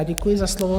Děkuji za slovo.